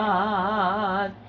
God